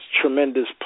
tremendous